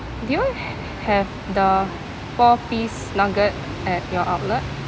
do you h~ h~ have the four piece nugget at your outlet